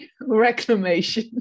reclamation